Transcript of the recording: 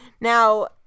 Now